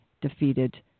defeated